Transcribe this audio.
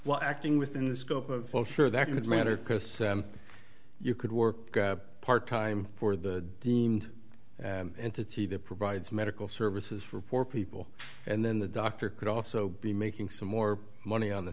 well acting within the scope of full sure that it matters because you could work part time for the deemed entity that provides medical services for poor people and then the doctor could also be making some more money on the